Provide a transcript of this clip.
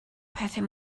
pethau